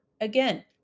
Again